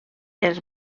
els